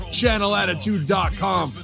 channelattitude.com